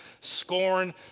scorn